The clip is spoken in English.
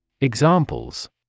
Examples